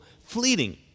fleeting